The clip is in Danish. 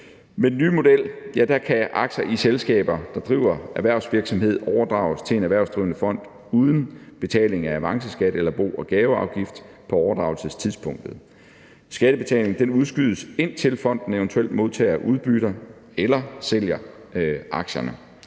Med den nye model kan aktier i selskaber, der driver erhvervsvirksomhed, overdrages til en erhvervsdrivende fond uden betaling af avanceskat eller bo- og gaveafgift på overdragelsestidspunktet. Skattebetalingen udskydes, indtil fonden eventuelt modtager udbytter eller sælger aktierne.